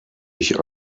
ich